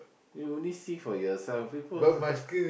you only see for yourself people